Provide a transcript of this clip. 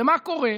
ומה קורה?